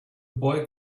boy